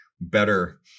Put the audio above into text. better